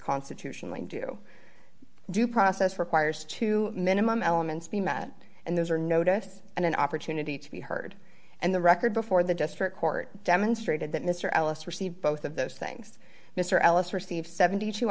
constitutionally do due process requires two minimum elements be met and those are notice and an opportunity to be heard and the record before the district court demonstrated that mr ellis received both of those things mr ellis received seventy two